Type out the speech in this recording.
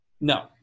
No